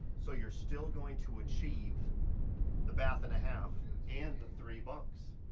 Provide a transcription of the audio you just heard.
so you're still going to achieve the bath and a half and the three bunks.